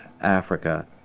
Africa